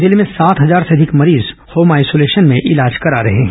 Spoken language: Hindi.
जिले में सात हजार से अधिक मरीज होम आइसोलेशन में इलाज करा रहे हैं